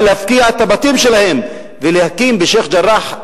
להפקיע את הבתים שלהם ולהקים בשיח'-ג'ראח,